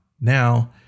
now